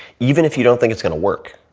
even if you don't think it's gonna work,